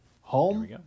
home